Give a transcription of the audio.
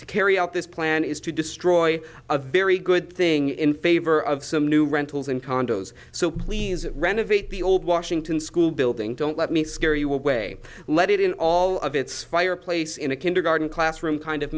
to carry out this plan is to destroy a very good thing in favor of some new rentals and condos so please renovate the old washington school building don't let me scare you away let it in all of its fireplace in a kindergarten classroom kind of